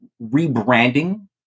rebranding